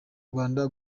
rwanda